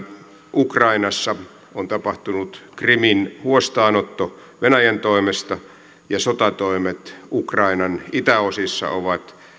ukrainassa on tapahtunut krimin huostaanotto venäjän toimesta ja sotatoimet ukrainan itäosissa ovat